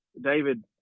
david